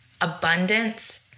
abundance